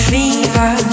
Fever